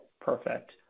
perfect